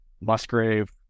Musgrave